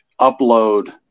upload